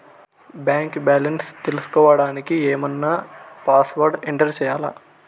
Bank balance తెలుసుకోవడానికి ఏమన్నా password enter చేయాలా?